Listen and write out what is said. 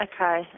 okay